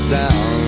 down